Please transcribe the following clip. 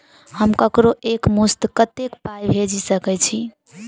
हम ककरो एक मुस्त कत्तेक पाई भेजि सकय छी?